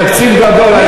תקציב גדול.